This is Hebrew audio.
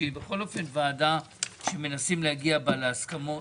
שהיא בכל אופן ועדה בה מנסים להגיע להסכמות.